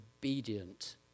obedient